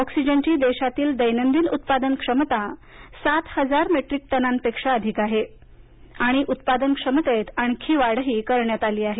ऑक्सिजनची देशातील दैनंदिन उत्पादन क्षमता सात हजार मेट्रिक टनांपेक्षा जास्त आहे आणि उत्पादन क्षमतेत आणखी वाढ झाली आहे